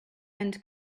and